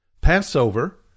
Passover